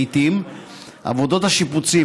לעיתים עבודות השיפוצים,